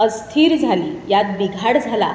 अस्थिर झाली यात बिघाड झाला